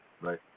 right